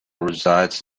resides